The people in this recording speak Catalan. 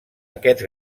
aquests